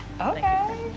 okay